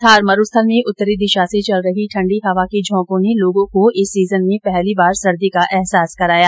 थार मरुस्थल में उत्तरी दिशा से चल रही ठण्डी हवा के झौंकों ने लोगों को इस सीजन में पहली बार सर्दी का अहसास कराया